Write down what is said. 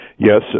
Yes